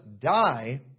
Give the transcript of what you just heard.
die